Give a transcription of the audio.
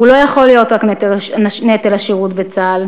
הוא לא יכול להיות רק נטל השירות בצה"ל.